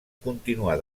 continuar